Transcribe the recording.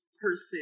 person